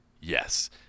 yes